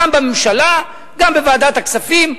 גם בממשלה גם בוועדת הכספים,